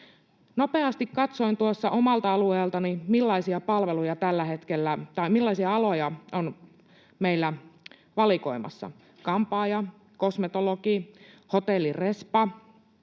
Nopeasti katsoin tuossa omalta alueeltani, millaisia aloja on meillä tällä hetkellä valikoimassa: kampaaja, kosmetologi, hotellin respa,